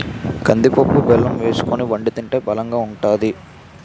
కందిపప్పు బెల్లం వేసుకొని వొండి తింటే బలంగా ఉంతాది